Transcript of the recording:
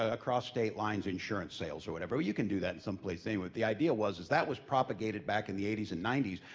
ah across state lines insurance sales or whatever, you can do that in some places anyway, the idea was, that was propagated back in the eighties and nineties,